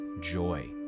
joy